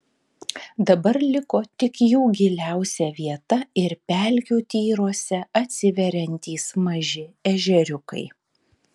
dabar liko tik jų giliausia vieta ir pelkių tyruose atsiveriantys maži ežeriukai